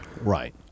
Right